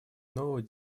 новую